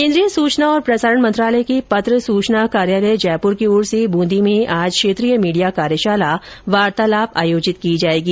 केन्द्रीय सूचना और प्रसारण मंत्रालय के पत्र सूचना कार्यालय जयपूर की ओर से ब्रंदी में आज क्षेत्रीय मीडिया कार्यशाला वार्तालाप आयोजित की जायेगी